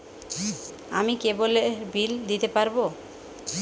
আমি কেবলের বিল দিতে পারবো?